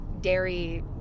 dairy